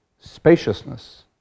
spaciousness